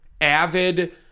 Avid